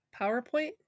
PowerPoint